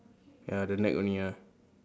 ya the neck only ah